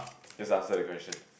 just answer the question